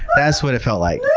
that's what it felt like.